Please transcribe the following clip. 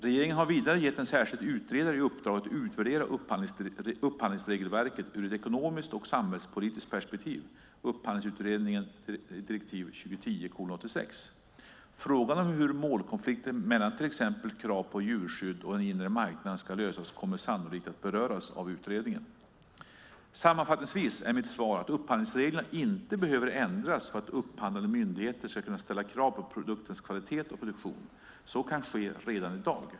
Regeringen har vidare gett en särskild utredare i uppdrag att utvärdera upphandlingsregelverket ur ett ekonomiskt och samhällspolitiskt perspektiv . Frågan om hur målkonflikten mellan till exempel krav på djurskydd och den inre marknaden ska lösas kommer sannolikt att beröras av utredningen. Sammanfattningsvis är mitt svar att upphandlingsreglerna inte behöver ändras för att upphandlande myndigheter ska kunna ställa krav på produktens kvalitet och produktion. Så kan ske redan i dag.